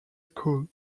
school